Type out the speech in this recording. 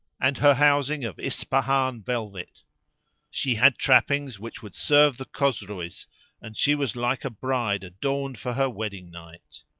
and her housing of ispahan velvet she had trappings which would serve the chosroes, and she was like a bride adorned for her wedding night.